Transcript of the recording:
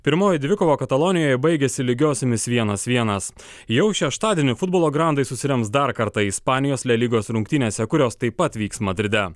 pirmoji dvikova katalonijoje baigėsi lygiosiomis vienas vienas jau šeštadienį futbolo grandai susirems dar kartą ispanijos le lygos rungtynėse kurios taip pat vyks madride